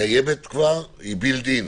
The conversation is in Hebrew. כבר קיימת, היא בילד אין.